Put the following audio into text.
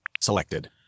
Selected